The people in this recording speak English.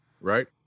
right